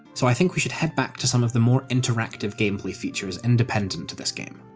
so i think we should head back to some of the more interactive gameplay features independent to this game.